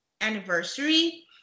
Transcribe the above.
anniversary